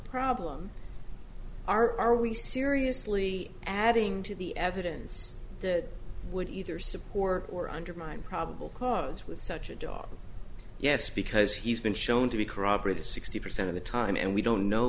problem are are we seriously adding to the evidence that would either support or undermine probable cause with such a job yes because he's been shown to be corroborated sixty percent of the time and we don't know